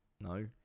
No